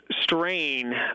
strain